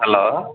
hello